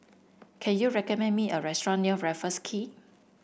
can you recommend me a restaurant near Raffles Quay